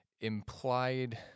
implied